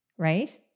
right